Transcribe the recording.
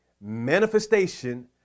manifestation